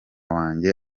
wanjye